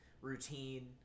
Routine